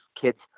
kids